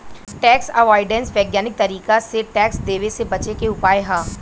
tax avoidance वैज्ञानिक तरीका से टैक्स देवे से बचे के उपाय ह